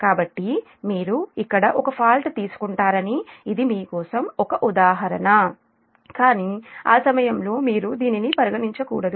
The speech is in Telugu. కాబట్టి మీరు ఇక్కడ ఒక ఫాల్ట్ తీసుకుంటారని ఇది మీ కోసం ఒక ఉదాహరణ కానీ ఆ సమయంలో మీరు దీనిని పరిగణించకూడదు